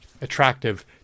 attractive